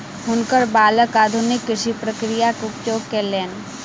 हुनकर बालक आधुनिक कृषि प्रक्रिया के उपयोग कयलैन